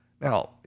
now